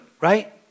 right